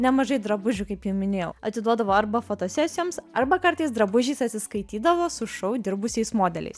nemažai drabužių kaip jau minėjau atiduodavo arba fotosesijoms arba kartais drabužiais atsiskaitydavo su šou dirbusiais modeliais